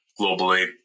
globally